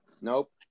Nope